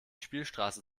spielstraße